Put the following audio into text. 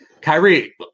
Kyrie